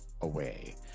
away